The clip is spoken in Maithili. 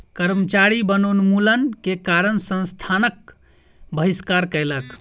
कर्मचारी वनोन्मूलन के कारण संस्थानक बहिष्कार कयलक